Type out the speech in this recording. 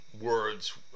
words